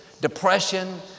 depression